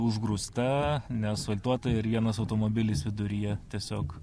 užgrūsta nesafaltuota ir vienas automobilis viduryje tiesiog